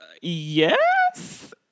yes